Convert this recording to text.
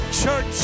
church